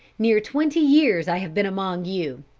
near twenty years i have been among you.